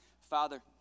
Father